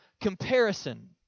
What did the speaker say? comparison